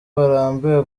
barambiwe